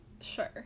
Sure